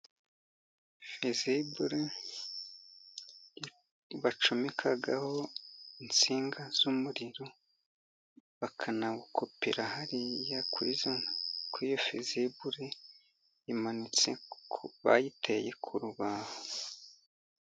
Fizibure bacomekaho intsinga z’umuriro, bakanawukupira hariya kuri iyo fizibure imanitse, kuko bayiteye ku rubaho.